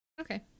Okay